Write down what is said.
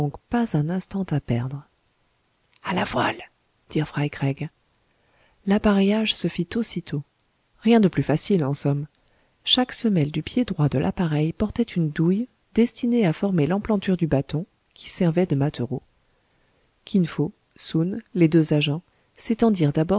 pas un instant à perdre a la voile dirent fry craig l'appareillage se fit aussitôt rien de plus facile en somme chaque semelle du pied droit de l'appareil portait une douille destinée à former l'emplanture du bâton qui servait de mâtereau kin fo soun les deux agents s'étendirent